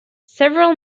several